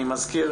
אני מזכיר